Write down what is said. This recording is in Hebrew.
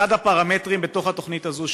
אחד הפרמטרים בתוך התוכנית הזאת,